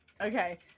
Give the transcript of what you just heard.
Okay